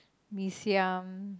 mee-siam